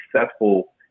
successful